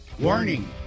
Warning